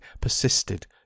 persisted